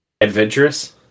adventurous